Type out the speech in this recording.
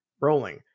rolling